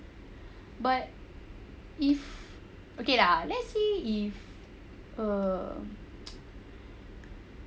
but if okay lah let's say if err